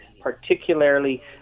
particularly